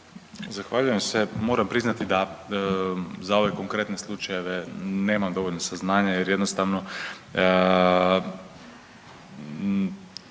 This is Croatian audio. Zahvaljujem se. Moram priznati da za ove konkretne slučajeve nemam dovoljno saznanja, jer jednostavno